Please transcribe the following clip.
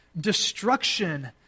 destruction